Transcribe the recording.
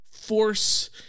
force